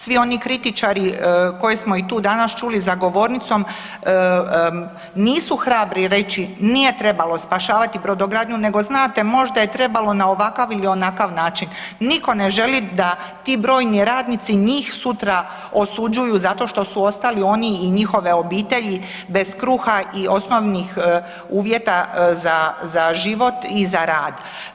Svi oni kritičari koje smo i tu danas čuli za govornicom, nisu hrabri reći nije trebalo spašavati brodogradnju nego znate možda je trebalo na ovakav ili na onakav način, nitko ne želi da ti brojni radnici njih sutra osuđuju zato što su ostali oni i njihove obitelji bez kruha i osnovnih uvjeta za život i za rad.